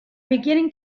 beginning